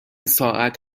ساعت